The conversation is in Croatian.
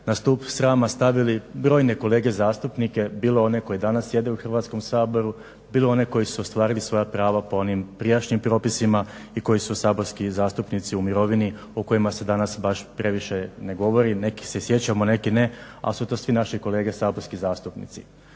na stup srama stavili brojne kolege zastupnike bilo one koji danas sjede u Hrvatskom saboru, bilo one koji su ostvarili svoja prava po onim prijašnjim propisima i koji su saborski zastupnici u mirovini u kojima se danas baš previše ne govori. Neki se sjećamo neki ne ali su to svi naši kolege saborski zastupnici.